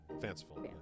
Fanciful